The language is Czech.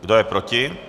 Kdo je proti?